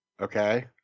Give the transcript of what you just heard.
Okay